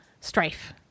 Strife